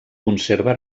conserva